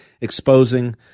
exposing